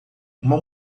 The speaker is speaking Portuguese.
uma